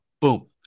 Boom